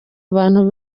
abantu